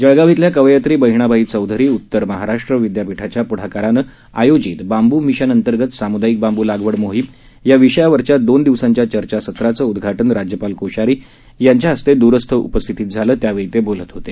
जळगाव इथल्या कवयित्री बहिणाबाई चौधरी उत्तर महाराष्ट्र विद्यापीठाच्या पुढाकाराने आयोजित बांबू मिशन अंतर्गत सामुदायिक बांबू लागवड मोहीम या विषयावरील दोन दिवसांच्या चर्चासत्राचं उद्घाटन राज्यपाल कोश्यारी यांच्या द्रस्थ उपस्थितीत झालं त्यावेळी ते बोलत होते